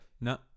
No